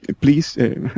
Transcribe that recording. Please